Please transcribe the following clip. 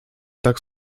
tak